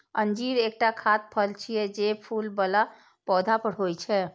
अंजीर एकटा खाद्य फल छियै, जे फूल बला पौधा पर होइ छै